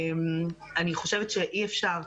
אני חושבת שאי אפשר,